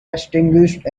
extinguished